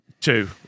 Two